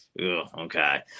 okay